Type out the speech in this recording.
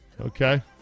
Okay